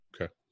Okay